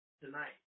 tonight